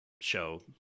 show